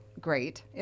great